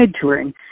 touring